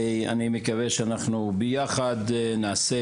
ואני מקווה שאנחנו ביחד נעשה